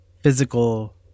physical